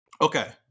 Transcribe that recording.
Okay